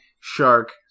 shark